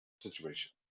situation